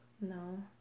No